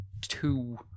two